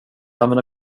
använda